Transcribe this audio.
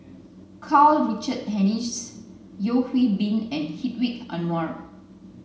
Karl Richard Hanitsch Yeo Hwee Bin and Hedwig Anuar